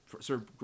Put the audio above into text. Sir